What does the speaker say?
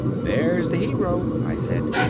there's the hero, i said.